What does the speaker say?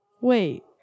Wait